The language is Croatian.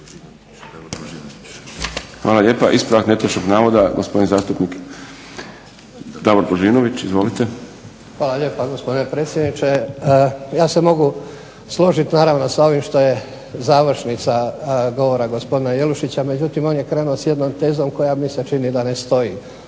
Hvala lijepa. Ispravak netočnog navoda, gospodin zastupnik Davor Božinović. **Božinović, Davor (HDZ)** Hvala lijepa, gospodine predsjedniče. Ja se mogu složit naravno s ovim što je završnica govora gospodina Jelušića, međutim on je krenuo s jednom tezom koja mi se čini da ne stoji,